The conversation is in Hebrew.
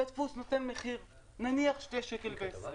בית הדפוס נותן מחיר, נניח 2.20 שקל.